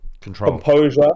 composure